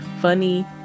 funny